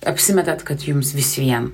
apsimetat kad jums visvien